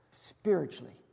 spiritually